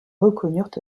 reconnurent